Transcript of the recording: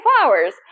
flowers